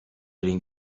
این